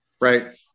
Right